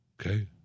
okay